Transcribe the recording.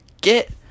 get